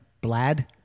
Blad